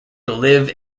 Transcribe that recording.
live